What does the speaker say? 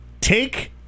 Take